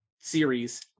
series